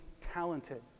talented